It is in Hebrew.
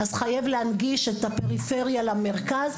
אז חייב להנגיש את הפריפריה למרכז,